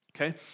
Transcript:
okay